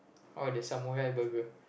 oh the samurai burger